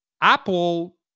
Apple